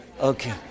Okay